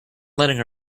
letting